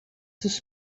this